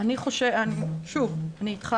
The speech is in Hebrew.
אני אתך